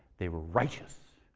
they were righteous.